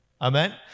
Amen